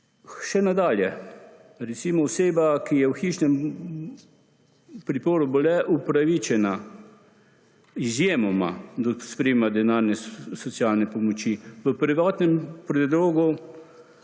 Še nadalje. Recimo oseba, ki je v hišnem priporu bo le upravičena izjemoma do sprejema denarne socialne pomoči. V prvotnem predlogu